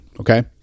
Okay